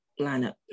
lineup